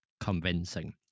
convincing